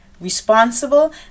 responsible